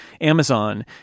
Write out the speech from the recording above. Amazon